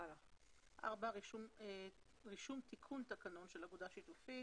רישום תיקון תקנון של אגודה שיתופית.